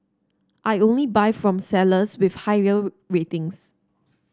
I only buy from sellers with high ratings